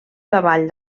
cavall